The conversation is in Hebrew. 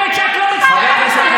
מי אתה בכלל?